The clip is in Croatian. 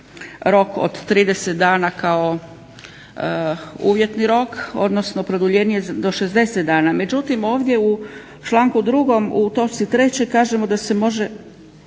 rok od 30 dana kao uvjetni rok odnosno produljen je do 60 dana. Međutim, ovdje u članku 2. u točci 2. Kaže se da se iznimno